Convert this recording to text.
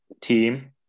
team